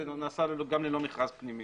זה נעשה גם ללא מכרז פנימי,